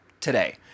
today